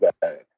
bad